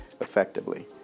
effectively